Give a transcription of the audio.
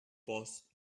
paused